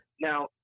now